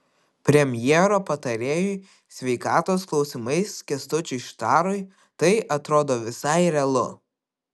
premjero patarėjui sveikatos klausimais kęstučiui štarui tai atrodo visai realu